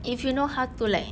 if you know how to like